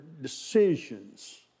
decisions